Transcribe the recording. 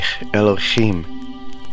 Elohim